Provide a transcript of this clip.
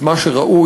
את מה שראוי,